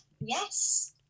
yes